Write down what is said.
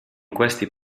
questi